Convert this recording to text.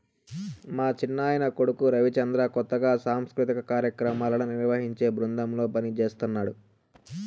మా చిన్నాయన కొడుకు రవిచంద్ర కొత్తగా సాంస్కృతిక కార్యాక్రమాలను నిర్వహించే బృందంలో పనిజేస్తన్నడు